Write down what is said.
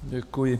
Děkuji.